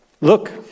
Look